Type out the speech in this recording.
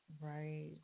Right